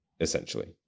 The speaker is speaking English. essentially